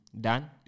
done